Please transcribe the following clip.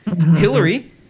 Hillary